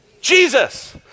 Jesus